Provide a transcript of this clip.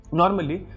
normally